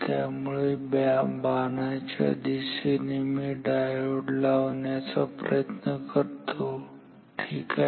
त्यामुळे बाणाच्या दिशेने मी डायोड लावायचा प्रयत्न करतो ठीक आहे